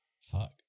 Fuck